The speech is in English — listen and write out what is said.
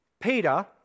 Peter